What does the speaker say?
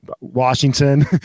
Washington